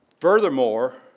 Furthermore